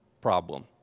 problem